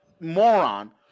moron